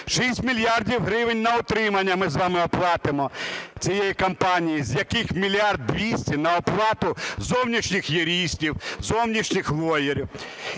мільярдів гривень на утримання ми з вами оплатимо цієї компанії, з яких 1 мільярд 200 – на оплату зовнішніх юристів, зовнішніх лоєрів.